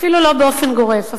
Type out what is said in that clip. אפילו לא באופן גורף,